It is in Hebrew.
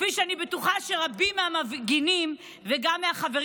כפי שאני בטוחה שרבים מהמפגינים וגם מהחברים